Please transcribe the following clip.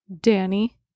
Danny